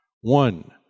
One